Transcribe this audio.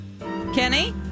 Kenny